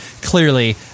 clearly